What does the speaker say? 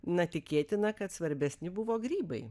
na tikėtina kad svarbesni buvo grybai